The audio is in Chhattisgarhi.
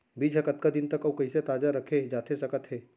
बीज ह कतका दिन तक अऊ कइसे ताजा रखे जाथे सकत हे?